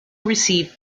received